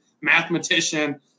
Mathematician